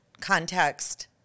context